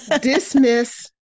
dismiss